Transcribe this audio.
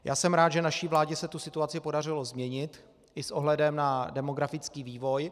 Já jsem rád, že naší vládě se tu situaci podařilo změnit i s ohledem na demografický vývoj.